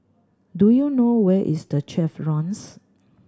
do you know where is The Chevrons